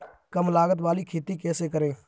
कम लागत वाली खेती कैसे करें?